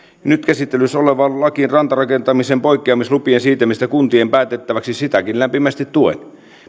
nyt käsittelyssä olevaan lakiin rantarakentamisen poikkeamislupien siirtämisestä kuntien päätettäväksi sitäkin lämpimästi tuen